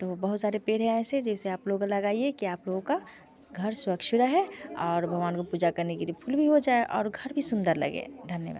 तो बहुत सारे पेड़ है ऐसे जैसे आप लोग लगाइए की आप लोगों का घर स्वच्छ रहे और भगवान को पूजा करने के लिए फूल भी हो जाए और घर भी सुंदर लगे धन्यवाद